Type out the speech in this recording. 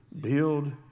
build